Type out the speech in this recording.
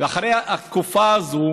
ואחרי התקופה הזאת